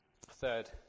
Third